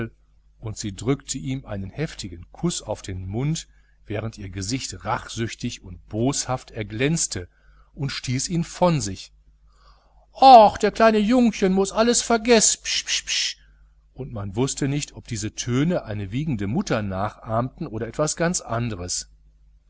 und sie drückte ihm einen heftigen kuß auf den mund während ihr gesicht rachsüchtig und boshaft erglänzte und stieß ihn von sich och der kleine jungchen muß ja alles vergess psch psch psch und man wußte nicht ob diese töne eine wiegende mutter nachahmten oder ganz etwas anderes